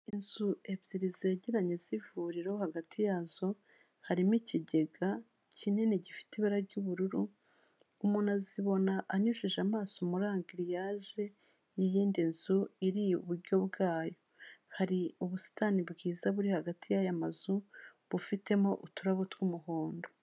Inzu ebyiri zegeranye z'ivuriro hagati yazo harimo ikigega kinini gifite ibara ry'ubururu , umuntu azibona anyujeje amaso muri agiriyajee n'iyindi nzu iri iburyo bwayo hari ubusitani bwiza buri hagati y'aya mazu bufitemo uturarabo tw'umuhndo.